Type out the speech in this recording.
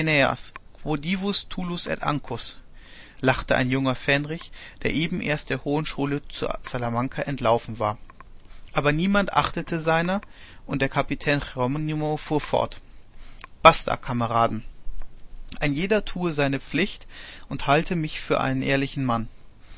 lachte ein junger fähnrich der eben erst der hohen schule zu salamanca entlaufen war aber niemand achtete seiner und der kapitän jeronimo fuhr fort basta kameraden ein jeder tue seine pflicht und halte sich für einen ehrlichen mann